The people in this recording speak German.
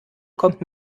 kommt